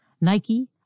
Nike